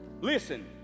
Listen